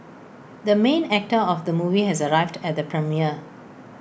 the main actor of the movie has arrived at the premiere